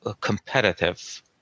competitive